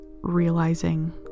realizing